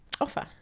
offer